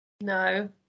No